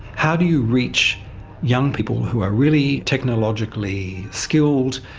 how do you reach young people who are really technologically skilled?